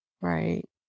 Right